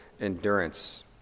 endurance